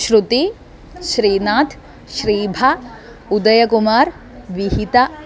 श्रुतिः श्रीनाथः श्रीभा उदयकुमारः विहिता